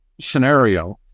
scenario